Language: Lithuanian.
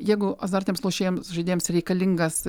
jeigu azartiniams lošėjams žaidėjams reikalingas